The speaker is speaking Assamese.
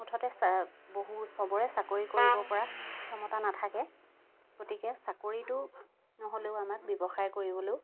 মুঠতে চা বহু চবৰে চাকৰি কৰিব পৰা ক্ষমতা নাথাকে গতিকে চাকৰিটো নহ'লেও আমাক ব্যৱসায় কৰিবলৈও